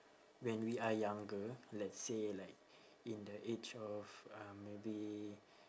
when we are younger let's say like in the age of um maybe